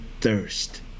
thirst